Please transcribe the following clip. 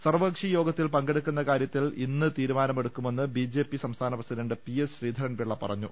സർവകക്ഷി യോഗത്തിൽ പങ്കെടുക്കുന്ന കാര്യത്തിൽ ഇന്ന് തീരുമാനമെടുക്കുമെന്ന് ബിജെപി സംസ്ഥാന പ്രസിഡന്റ് പിഎസ് ശ്രീധരൻപിള്ള പറഞ്ഞു